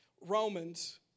Romans